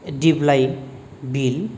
दिप्लाइ बिल